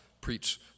preach